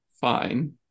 fine